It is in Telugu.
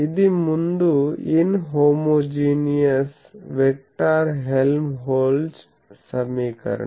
ఇది ముందు ఇన్ హోమోజీనియస్ వెక్టార్ హెల్మ్హోల్ట్జ్ సమీకరణం